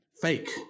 fake